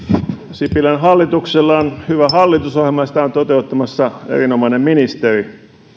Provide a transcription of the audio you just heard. sipilän hallituksella on hyvä hallitusohjelma ja sitä on toteuttamassa erinomainen ministeri